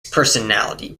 personality